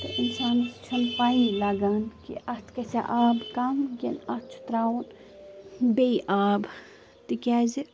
تہٕ اِنسانَس چھَنہٕ پَیی لَگان کہِ اَتھ گژھیٛا آب کَم کِنہٕ اَتھ چھُ ترٛاوُن بیٚیہِ آب تِکیٛازِ